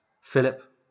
Philip